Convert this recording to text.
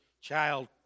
child